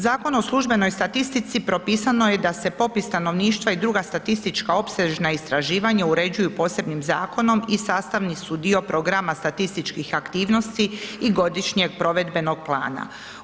Zakonom o službenoj statistici propisano je da se popis stanovništva i druga statistička opsežna istraživanja uređuju posebnim zakonom i sastavni su dio programa statističkih aktivnosti i godišnjeg provedbenog plana.